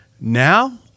now